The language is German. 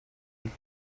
mit